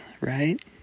right